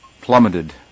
plummeted